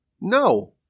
No